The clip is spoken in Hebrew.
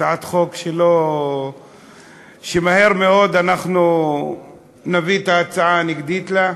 הצעת חוק שמהר מאוד אנחנו נביא את ההצעה הנגדית לה,